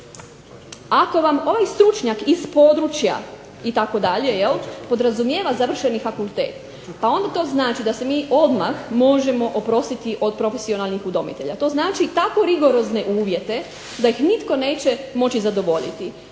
Ako vam ovaj stručnjak iz područja itd. jel' podrazumijeva završeni fakultet pa onda to znači da se mi odmah možemo oprostiti od profesionalnih udomitelja. To znači tako rigorozne uvjete da ih nitko neće moći zadovoljiti.